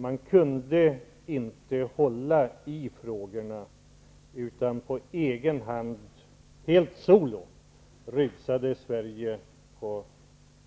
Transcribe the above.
Man kunde inte hålla i utvecklingen, utan Sverige hamnade under perioden 1989 fram till valdagen på egen hand och helt solo